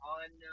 on